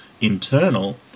internal